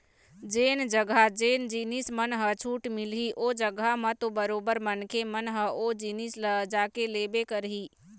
जेन जघा जेन जिनिस मन ह छूट मिलही ओ जघा म तो बरोबर मनखे मन ह ओ जिनिस ल जाके लेबे करही